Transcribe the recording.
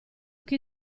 che